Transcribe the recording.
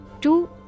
Two